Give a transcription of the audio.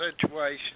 situation